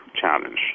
challenge